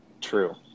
True